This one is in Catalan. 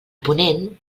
ponent